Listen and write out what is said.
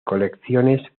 colecciones